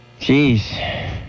Jeez